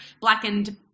Blackened